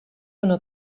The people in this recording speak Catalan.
una